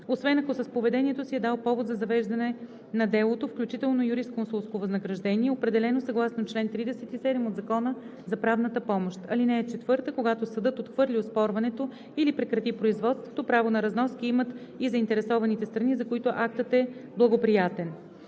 освен ако с поведението си е дал повод за завеждане на делото, включително юрисконсултско възнаграждение, определено съгласно чл. 37 от Закона за правната помощ. (4) Когато съдът отхвърли оспорването или прекрати производството, право на разноски имат и заинтересованите страни, за които актът е благоприятен.“